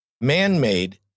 man-made